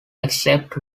except